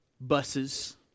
buses